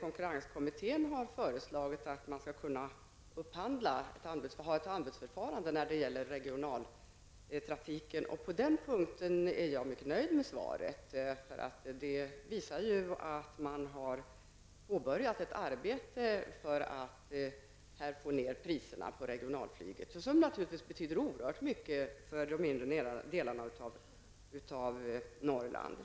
konkurrenskommittén har föreslagit att man skall kunna upphandla, ha ett förhandlingsförfarande, när det gäller regionaltrafiken. På den punkten är jag mycket nöjd med svaret. Det visar ju att man har påbörjat ett arbete för att få ner priserna på regionalflyget, något som naturligtvis betyder oerhört mycket för de inre delarna av Norrland.